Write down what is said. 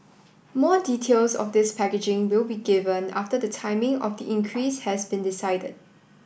more details of this packaging will be given after the timing of the increase has been decided